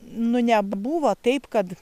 nu nebuvo taip kad